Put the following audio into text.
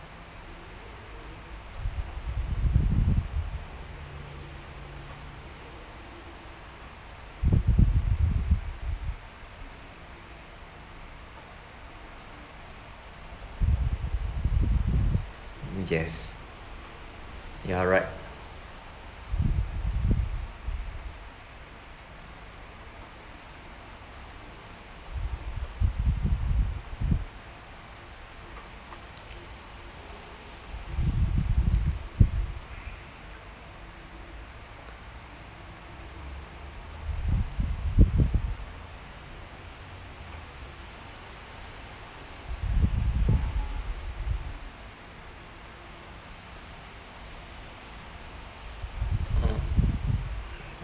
yes ya right uh